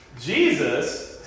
Jesus